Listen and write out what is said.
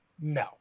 No